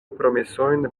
promesojn